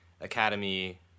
Academy